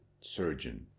surgeon